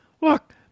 look